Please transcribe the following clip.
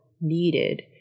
needed